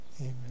Amen